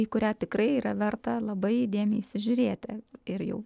į kurią tikrai yra verta labai įdėmiai įsižiūrėti ir jau